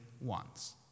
wants